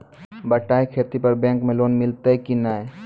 बटाई खेती पर बैंक मे लोन मिलतै कि नैय?